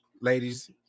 ladies